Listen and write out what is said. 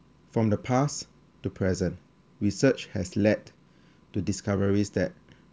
from the past to present research has led to discoveries that